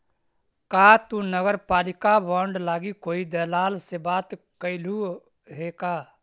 का तु नगरपालिका बॉन्ड लागी कोई दलाल से बात कयलहुं हे का?